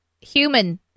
human